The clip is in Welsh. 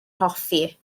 hoffi